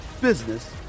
business